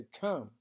come